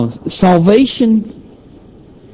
Salvation